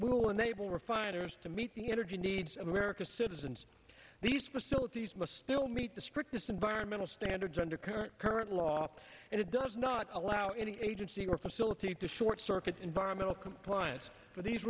will enable refiners to meet the energy needs of america citizens these facilities must still meet the strictest environmental standards under current current law and it does not allow any agency or facility to short circuit environmental compliance for these